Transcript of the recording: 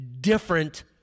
different